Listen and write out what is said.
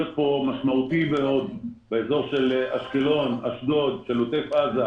משמעותי באזור אשקלון אשדוד ועוטף עזה,